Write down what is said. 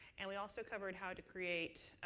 and we also covered how to create